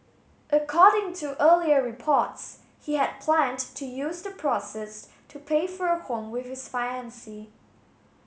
according to earlier reports he had planned to use the proceeds to pay for a home with his